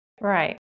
Right